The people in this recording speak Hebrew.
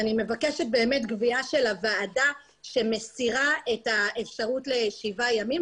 מבקשת קביעה של הוועדה שמסירה את האפשרות לשבעה ימים.